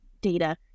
data